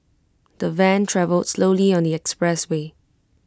the van travelled slowly on the expressway